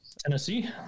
Tennessee